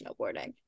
snowboarding